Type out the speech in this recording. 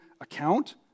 account